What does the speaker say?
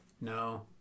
No